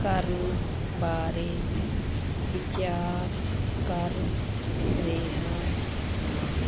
ਕਰਨ ਬਾਰੇ ਵਿਚਾਰ ਕਰ ਰਿਹਾ ਹਾਂ